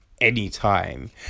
Anytime